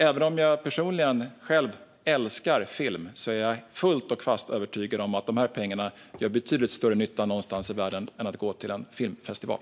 Även om jag personligen älskar film är jag fullt och fast övertygad om att dessa pengar kan göra betydligt större nytta någonstans i världen än om de går till en filmfestival.